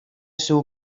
soe